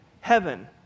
heaven